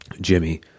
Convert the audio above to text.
Jimmy